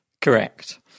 Correct